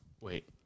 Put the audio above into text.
wait